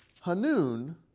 Hanun